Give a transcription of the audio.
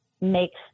makes